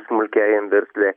smulkiajam versle